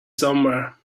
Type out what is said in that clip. somewhere